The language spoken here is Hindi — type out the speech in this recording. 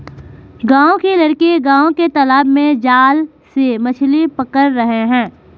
गांव के लड़के गांव के तालाब में जाल से मछली पकड़ रहे हैं